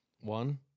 One